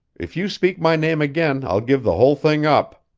if you speak my name again i'll give the whole thing up.